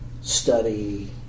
study